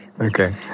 Okay